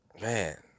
man